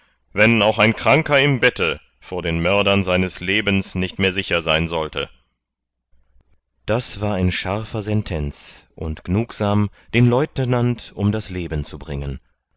wann auch ein kranker im bette vor den mördern seines lebens nicht sicher sein sollte das war ein scharfer sentenz und gnugsam den leutenant um das leben zu bringen